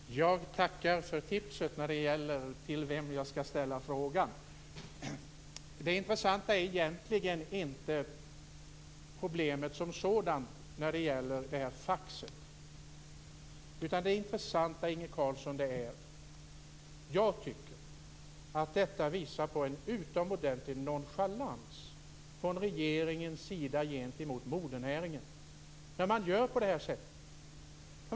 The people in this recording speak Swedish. Herr talman! Jag tackar för tipset när det gäller vem jag skall ställa frågan till. Det intressanta är egentligen inte problemet som sådant när det gäller det här faxet. Det intressanta, Inge Carlsson, är att jag tycker att det visar på en utomordentlig nonchalans från regeringens sida gentemot modernäringen när man gör på det här sättet.